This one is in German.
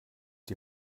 die